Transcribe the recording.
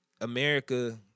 America